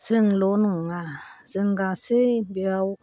जोंल' नङा जों गासै बेयाव